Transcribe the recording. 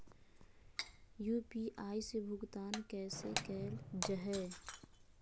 UPI से भुगतान कैसे कैल जहै?